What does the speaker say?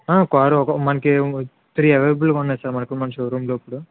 ఆ కార్ ఒక మనకి త్రీ అవైలబుల్గా ఉన్నాయి సార్ మనకి మన షోరూంలో ఇప్పడు